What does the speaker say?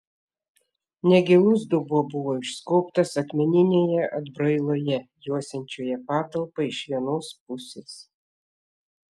negilus dubuo buvo išskobtas akmeninėje atbrailoje juosiančioje patalpą iš vienos pusės